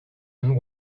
and